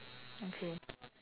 okay